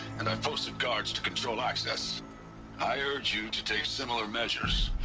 and i've posted guards to control access i urge you to take similar measures.